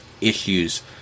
issues